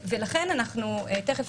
תיכף